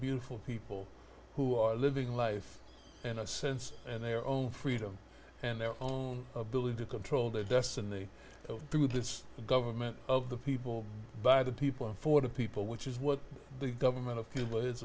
beautiful people who are living life in a sense and their own freedom and their own ability to control their destiny through this government of the people by the people and for the people which is what the government of cuba is